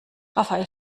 rafael